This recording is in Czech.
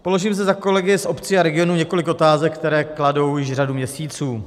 Položím zde za kolegy z obcí a regionů několik otázek, které kladou již řadu měsíců.